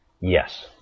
Yes